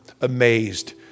amazed